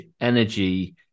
energy